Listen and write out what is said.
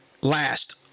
last